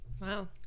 Wow